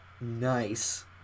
nice